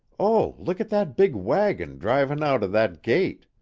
oh, look at that big wagon drivin' out of that gate!